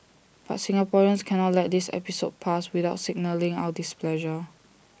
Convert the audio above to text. but Singaporeans cannot let this episode pass without signalling our displeasure